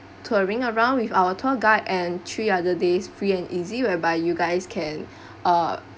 touring around with our tour guide and three other days free and easy whereby you guys can uh